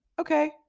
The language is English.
Okay